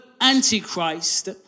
Antichrist